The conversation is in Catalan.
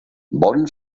bon